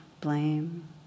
blame